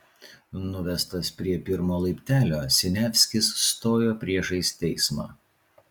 nuvestas prie pirmo laiptelio siniavskis stojo priešais teismą